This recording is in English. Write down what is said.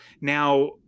now